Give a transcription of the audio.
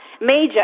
major